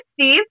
Steve